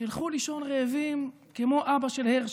ילכו לישון רעבים, כמו אבא של הרשל'ה.